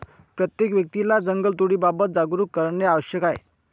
प्रत्येक व्यक्तीला जंगलतोडीबाबत जागरूक करणे आवश्यक आहे